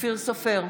אופיר סופר,